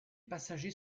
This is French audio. passagers